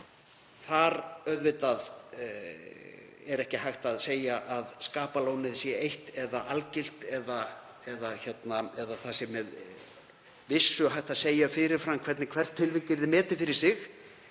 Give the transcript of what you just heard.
Það er ekki hægt að segja að skapalónið sé eitt eða algilt eða að með vissu sé hægt að segja fyrir fram hvernig hvert tilvik yrði metið fyrir sig.